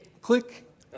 click